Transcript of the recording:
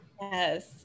yes